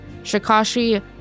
Shikashi